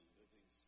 living